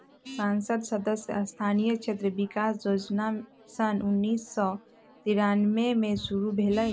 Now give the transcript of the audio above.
संसद सदस्य स्थानीय क्षेत्र विकास जोजना सन उन्नीस सौ तिरानमें में शुरु भेलई